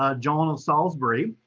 ah john of salisbury,